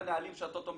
הבנתי אותה.